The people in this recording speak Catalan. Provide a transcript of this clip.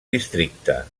districte